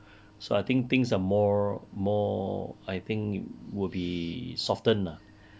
so I think things are more more I think will be softened lah